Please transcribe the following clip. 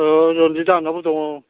औ रनजितआ आंनावबो दङ